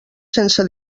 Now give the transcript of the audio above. sense